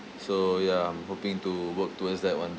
so ya I'm hoping to work towards that one